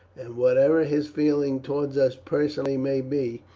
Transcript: and whatever his feelings towards us personally may be,